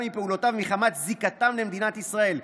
מפעולותיו מחמת זיקתם למדינת ישראל,